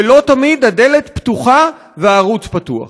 ולא תמיד הדלת פתוחה והערוץ פתוח.